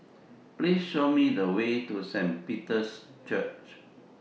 Please Show Me The Way to Saint Peter's Church